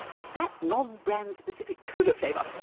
but that non-brand-specific cola flavour,